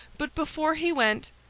but before he went,